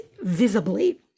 visibly